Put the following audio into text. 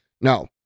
No